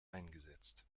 eingesetzt